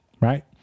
right